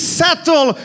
settle